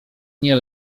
nie